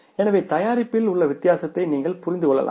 எனவே தயாரிப்பில் உள்ள வித்தியாசத்தை நீங்கள் புரிந்து கொள்ளலாம்